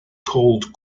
called